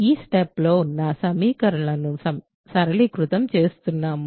ఈ పెట్టే లో ఉన్న సమీకరణాలను సరళీకృతం చేస్తున్నాను